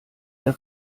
der